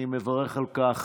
אני מברך על כך